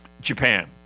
Japan